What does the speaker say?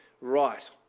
right